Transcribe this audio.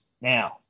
Now